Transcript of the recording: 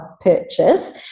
purchase